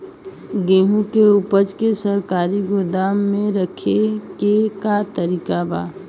गेहूँ के ऊपज के सरकारी गोदाम मे रखे के का तरीका बा?